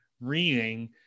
reading